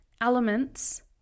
elements